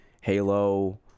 Halo